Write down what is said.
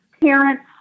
parents